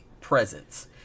presence